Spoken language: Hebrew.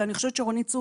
אני חושבת שרונית צור